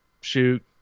shoot